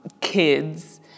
kids